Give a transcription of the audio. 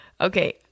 Okay